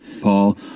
Paul